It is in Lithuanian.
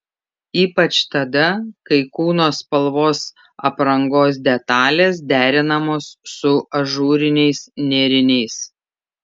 ypač tada kai kūno spalvos aprangos detalės derinamos su ažūriniais nėriniais